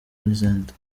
n’izindi